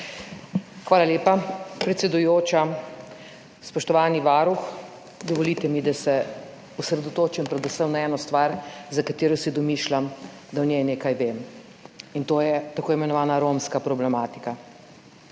Hvala lepa, predsedujoča. Spoštovani varuh, dovolite mi, da se osredotočim predvsem na eno stvar, za katero si domišljam, da o njej nekaj vem, in to je tako imenovana romska problematika.